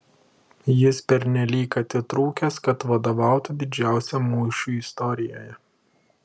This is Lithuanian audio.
jis pernelyg atitrūkęs kad vadovautų didžiausiam mūšiui istorijoje